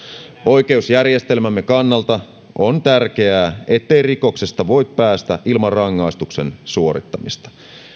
oikeusjärjestelmämme kannalta on tärkeää ettei rikoksesta voi päästä ilman rangaistuksen suorittamista